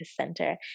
Center